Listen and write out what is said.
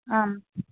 आम्